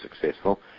successful